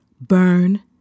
Burn